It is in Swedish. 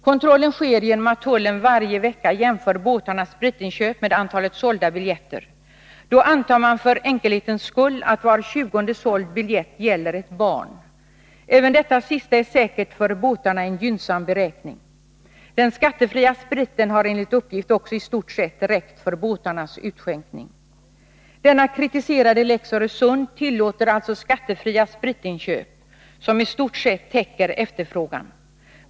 Kontrollen sker genom att tullen varje vecka jämför båtarnas spritinköp med antalet sålda biljetter. Då antar man för enkelhetens skull att var tjugonde såld biljett gäller ett barn. Även detta sista är säkert en gynnsam beräkning för båtarna. Den skattefria spriten har enligt uppgift också i stort sett räckt för båtarnas utskänkning. Den kritiserade lex Öresund tillåter alltså skattefria spritinköp som i stort sett täcker efterfrågan.